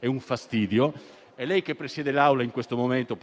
in quest'Aula e lei che presiede l'Assemblea in questo momento